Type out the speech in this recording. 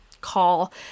call